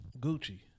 Gucci